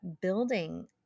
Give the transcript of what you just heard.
building